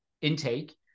intake